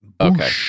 Okay